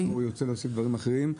אם הוא ירצה להוסיף דברים אחרים,